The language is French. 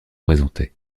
présentés